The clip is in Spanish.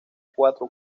cuatro